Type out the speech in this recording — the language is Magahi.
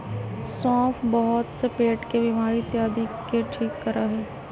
सौंफ बहुत से पेट के बीमारी इत्यादि के ठीक करा हई